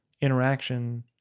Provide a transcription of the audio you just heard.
interaction